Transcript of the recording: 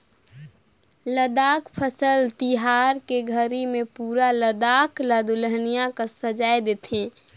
लद्दाख फसल तिहार के घरी मे पुरा लद्दाख ल दुलहिन कस सजाए देथे